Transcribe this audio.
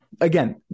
Again